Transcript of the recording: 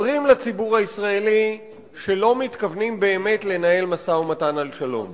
אומרים לציבור הישראלי שלא מתכוונים באמת לנהל משא-ומתן על שלום.